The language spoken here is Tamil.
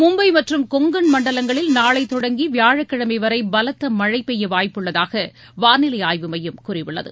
மும்பை மற்றும் கொங்கன் மண்டலங்களில் நாளை தொடங்கி வியாழக்கிழமை வரை பலத்த மழை பெய்ய வாய்ப்புள்ளதாக வானிலை ஆய்வு மையம் கூறியுள்ளது